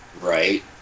Right